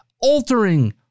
altering